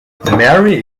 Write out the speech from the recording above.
mary